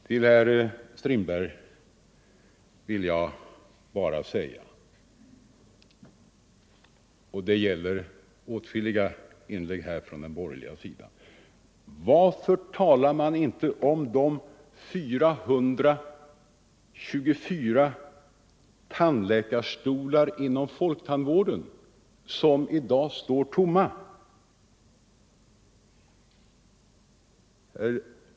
Till herr Strindberg och andra från den borgerliga sidan som gjort inlägg i denna debatt vill jag bara ställa frågan: Varför talar ni inte om de 424 tandläkarstolar inom folktandvården som står tomma?